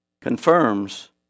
confirms